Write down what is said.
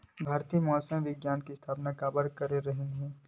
भारती मौसम विज्ञान के स्थापना काबर करे रहीन है?